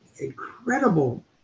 incredible